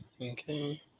Okay